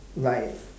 like